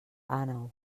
àneu